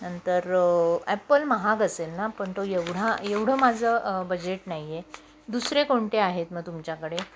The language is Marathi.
नंतर ॲपल महाग असेल ना पण तो एवढा एवढं माझं बजेट नाही आहे दुसरे कोणते आहेत मग तुमच्याकडे